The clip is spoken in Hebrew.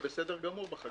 היא בסדר גמור בחקלאות.